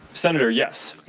senator, yes.